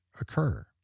occur